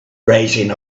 rising